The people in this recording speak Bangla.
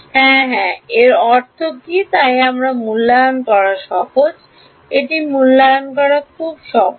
হ্যাঁ হ্যাঁ এর অর্থ কী তাই আমরা মূল্যায়ন করা সহজ এটি মূল্যায়ন করা খুব সহজ